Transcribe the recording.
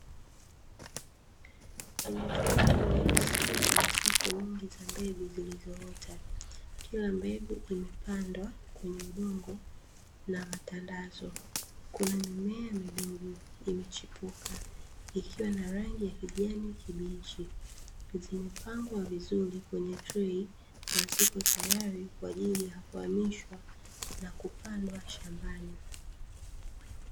Kwenye trei nyeusi kuna safu nyingi za mbegu zilizoota, kila mbegu imepandwa kwenye udogo na matandazo, kunamimea midogo imechipuka ikiwa na rangi ya kijani kibichi, zimepangwa vizuri kwenye trei na ziko tayari kwa ajili ya kuhamishwa na kupandwa shambani.